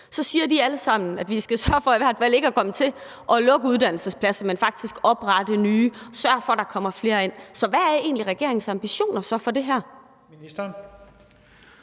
så siger de alle sammen, at vi skal sørge for i hvert fald ikke at komme til at lukke uddannelsespladser, men faktisk oprette nye og sørge for, at der kommer flere ind. Så hvad er egentlig regeringens ambitioner for det her?